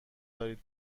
دارید